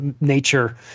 nature